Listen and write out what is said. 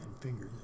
fingers